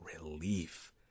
relief